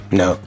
no